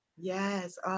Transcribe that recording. Yes